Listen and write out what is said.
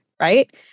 right